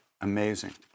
amazing